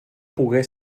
pogué